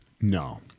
No